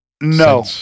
No